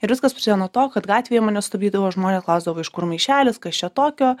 ir viskas prasidėjo nuo to kad gatvėje mane stabdydavo žmonės klausdavo iš kur maišelis kas čia tokio